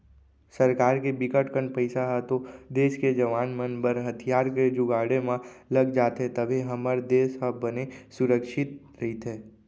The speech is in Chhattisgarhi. सरकार के बिकट कन पइसा ह तो देस के जवाना मन बर हथियार के जुगाड़े म लग जाथे तभे हमर देस ह बने सुरक्छित रहिथे